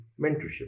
mentorship